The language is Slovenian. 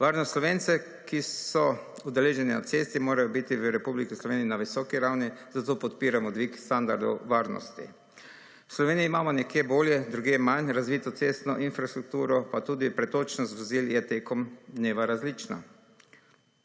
Varnost Slovencev, ki so udeleženi na cesti morajo biti v Republiki Sloveniji na visoki ravni, zato podpiramo dvig standardov varnosti. V Sloveniji imamo nekje bolje, drugje manj razvito cestno infrastrukturo, pa tudi pretočnost vozil je tekom dneva različna.